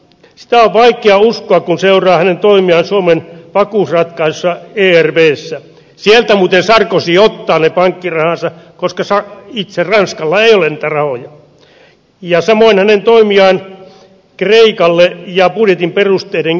sitä on vaikea uskoa kun seuraa hänen toimiaan suomen vakuusratkaisussa ervvssä sieltä muuten sarkozy ottaa ne pankkirahansa koska itse ranskalla ei ole niitä rahoja ja samoin hänen toimiaan kreikalle ja budjetin perusteiden kestävyyden osalta